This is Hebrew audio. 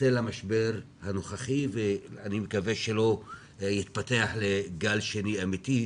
בצל המשבר הנוכחי ואני מקווה שלא יתפתח לגל שני אמיתי.